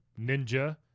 ninja